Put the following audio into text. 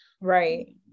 Right